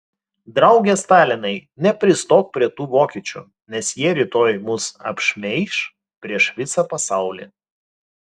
drauge stalinai nepristok prie tų vokiečių nes jie rytoj mus apšmeiš prieš visą pasaulį